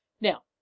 Now